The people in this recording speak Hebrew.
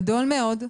גדול מאוד.